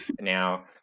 Now